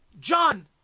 John